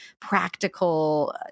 practical